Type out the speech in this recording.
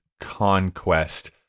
Conquest